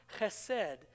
chesed